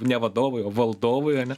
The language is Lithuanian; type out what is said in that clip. ne vadovui o valdovui ane